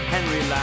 Henry